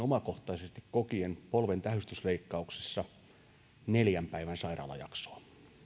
omakohtaisesti kokien polven tähystysleikkauksessa neljän päivän sairaalajaksoa